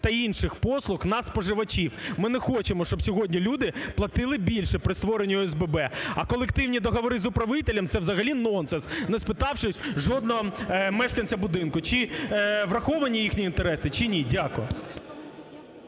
та інших послуг на споживачів. Ми не хочемо, щоб сьогодні люди платили більше при створенні ОСББ, а колективні договори з управителем – це взагалі нонсенс, не спитавшись жодного мешканця будинку, чи враховані їхні інтереси, чи ні. Дякую.